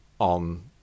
on